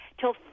Till